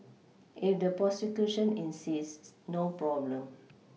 if the prosecution insists no problem